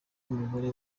n’umugore